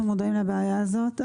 אנחנו מודעים לבעיה הזאת.